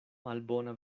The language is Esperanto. malbona